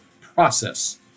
process